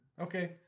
Okay